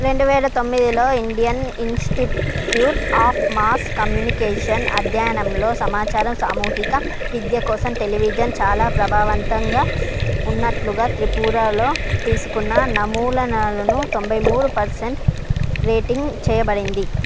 రెండు వేల తొమ్మిదిలో Indian Institute of Mass Communication అధ్యయనంలో సమాచారం సామూహిక విద్య కోసం టెలివిజన్ చాలా ప్రభావవంతంగా ఉన్నట్లుగా త్రిపురలో తీసుకున్న నమూనాలను తొంభై మూడు పర్సెంట్ రేటింగ్ చేయబడింది